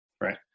right